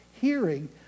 hearing